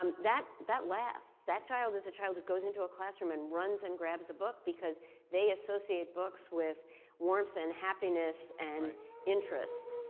that that lasts. that child is a child that goes into a classroom and runs and grabs a book because they associate books with warmth and happiness and interest.